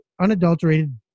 unadulterated